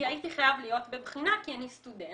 הייתי חייב להיות בבחינה כי אני סטודנט,